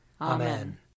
Amen